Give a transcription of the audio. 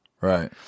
Right